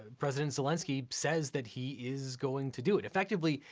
president zelensky says that he is going to do it. effectively,